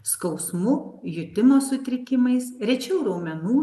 skausmu jutimo sutrikimais rečiau raumenų